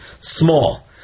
small